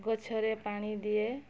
ଗଛରେ ପାଣି ଦିଏ